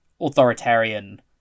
authoritarian